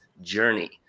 journey